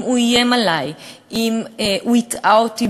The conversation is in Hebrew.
אם הוא איים עלי,